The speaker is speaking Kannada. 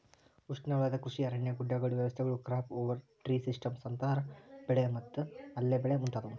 ಉಷ್ಣವಲಯದ ಕೃಷಿ ಅರಣ್ಯ ಗುಡ್ಡಗಾಡು ವ್ಯವಸ್ಥೆಗಳು ಕ್ರಾಪ್ ಓವರ್ ಟ್ರೀ ಸಿಸ್ಟಮ್ಸ್ ಅಂತರ ಬೆಳೆ ಮತ್ತು ಅಲ್ಲೆ ಬೆಳೆ ಮುಂತಾದವು